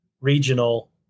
regional